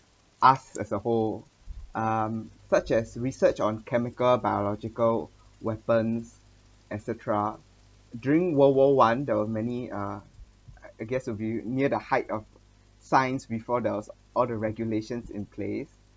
us as a whole um such as research on chemical biological weapons et cetera during world war one there were many uh I guess will be near the height of science before there was all the regulations in place